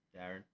darren